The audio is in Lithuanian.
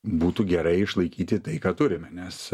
būtų gerai išlaikyti tai ką turime nes